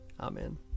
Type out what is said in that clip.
Amen